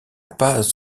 pas